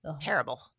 terrible